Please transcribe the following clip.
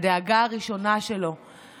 אני עדה לזה, הבנתי שהדאגה הראשונה של חנוך,